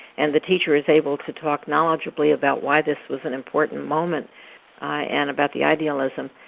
and the teacher is able to talk knowledgeably about why this was an important moment and about the idealism,